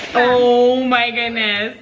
ohh. my goodness.